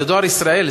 זה דואר ישראל,